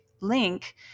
link